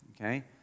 okay